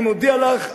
אני מודיע לך,